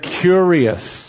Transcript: curious